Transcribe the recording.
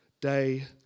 day